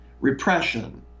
Repression